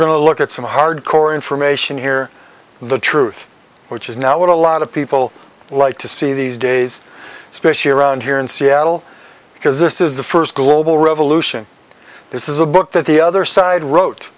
to look at some hard core information here the truth which is now what a lot of people like to see these days especially around here in seattle because this is the first global revolution this is a book that the other side wrote